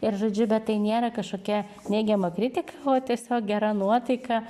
ir žodžiu bet tai nėra kažkokia neigiama kritika o tiesiog gera nuotaika